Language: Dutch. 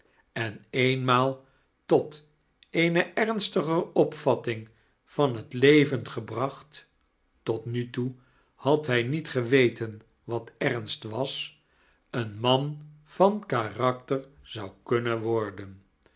en eenmaal tot eene ernstiger opvatting van het leven gebracht tot nu toe had hij niet geweten wat ernst was een man van karakter zou kunnen wordem